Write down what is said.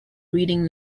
reading